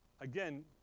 Again